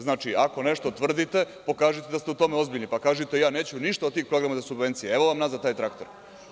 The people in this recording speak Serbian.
Znači, ako nešto tvrdite, pokažite da ste u tome ozbiljni, pa kažite ja neću ništa od tih programa za subvencije, evo vam nazad taj traktor.